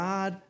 God